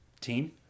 Team